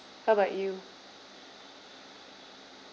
how about you